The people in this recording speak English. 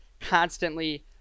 constantly